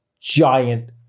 giant